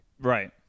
Right